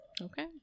Okay